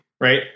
right